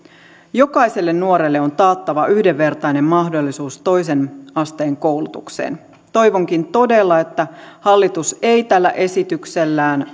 jokaiselle nuorelle on taattava yhdenvertainen mahdollisuus toisen asteen koulutukseen toivonkin todella että hallitus ei tällä esityksellään